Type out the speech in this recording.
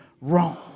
wrong